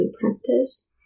practice